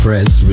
Press